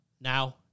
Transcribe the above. now